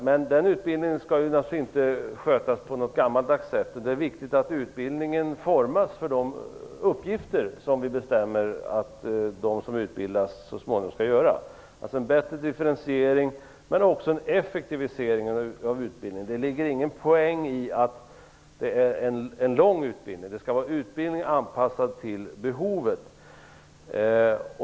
Men den utbildningen skall naturligtvis inte skötas på ett gammaldags sätt, utan det är viktigt att utbildningen formas för de uppgifter som vi bestämmer att de som utbildas så småningom skall utföra. Det är en bättre differentiering men också en effektivisering av utbildningen. Det ligger ingen poäng i att det är en lång utbildning, utan det skall vara utbildning anpassad till behovet.